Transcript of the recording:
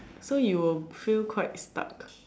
so you will feel quite stuck